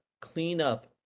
cleanup